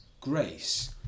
grace